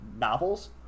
novels